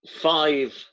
five